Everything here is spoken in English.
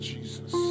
Jesus